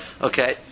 Okay